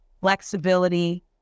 flexibility